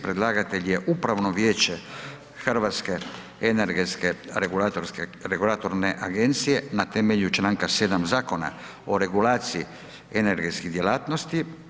Predlagatelj je Upravno vijeće Hrvatske energetske regulatorne agencije na temelju Članka 7. Zakona o regulaciji energetske djelatnosti.